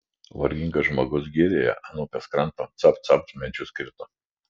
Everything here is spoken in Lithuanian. vargingas žmogus girioje ant upės kranto capt capt medžius kirto